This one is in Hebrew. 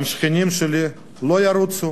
גם השכנים שלי לא ירוצו